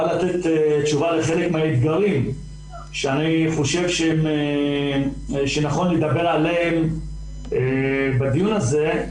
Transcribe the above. בא לתת תשובה לחלק מהאתגרים שאני חושב שאפשר לדבר עליהם בדיון הזה.